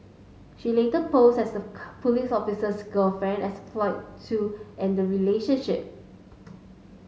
she later posed as the police officer's girlfriend as a ploy to end the relationship